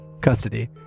custody